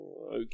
Okay